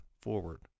forward